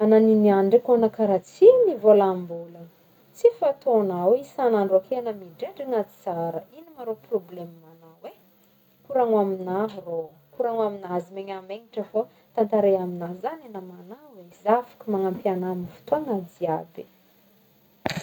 Agna gny niagny ndraiky ôgna karaha tsy nivôlambôlagna tsy fataognao e isagn'andro ake agna midradragna tsara, ino ma rô problema agnao e? Koragno amignaho rô koragno amignahy aza megnamegnatry fô tantaray amignahy zaho gnie namagnao e za afaka magnampy agna amy fotoagna jiaby.